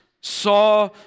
saw